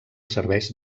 serveix